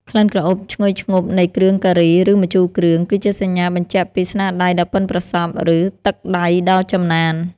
ក្លិនក្រអូបឈ្ងុយឈ្ងប់នៃគ្រឿងការី ឬម្ជូរគ្រឿង គឺជាសញ្ញាបញ្ជាក់ពីស្នាដៃដ៏ប៉ិនប្រសប់ ឬទឹកដៃដ៏ចំណាន។